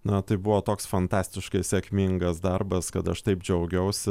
na tai buvo toks fantastiškai sėkmingas darbas kad aš taip džiaugiausi